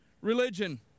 religion